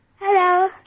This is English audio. Hello